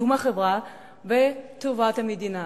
קידום החברה וטובת המדינה.